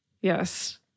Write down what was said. Yes